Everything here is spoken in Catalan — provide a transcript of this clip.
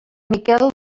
miquel